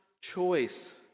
choice